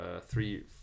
three